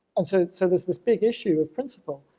and so so there's this big issue of principle.